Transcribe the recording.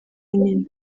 nyina